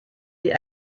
die